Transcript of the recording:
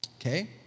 Okay